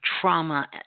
trauma